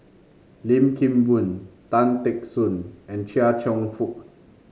Lim Kim Boon Tan Teck Soon and Chia Cheong Fook